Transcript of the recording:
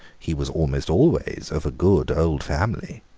he was almost always of a good old family.